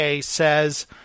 says